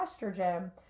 estrogen